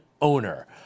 owner